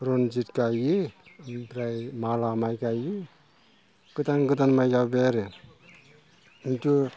रनजित गायो ओमफ्राय माला माइ गायो गोदान गोदान माइ जाबोबाय आरो खिन्थु